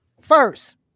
First